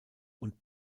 und